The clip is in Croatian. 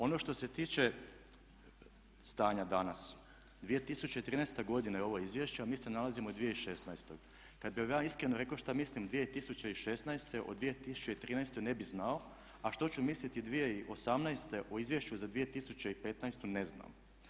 Ono što se tiče stanja danas, 2013. godina je ovo izvješće a mi se nalazimo u 2016., kad bih vam ja iskreno rekao što mislim 2016. o 2013. ne bih znao, a što ću misliti 2018. o Izvješću za 2015. ne znam.